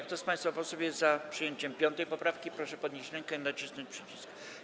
Kto z państwa posłów jest za przyjęciem 5. poprawki, proszę podnieść rękę i nacisnąć przycisk.